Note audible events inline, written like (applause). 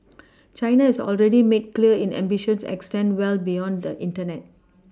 (noise) China has already made clear in ambitions extend well beyond the Internet